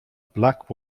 black